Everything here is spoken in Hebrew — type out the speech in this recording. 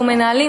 אנחנו מנהלים,